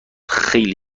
خیلی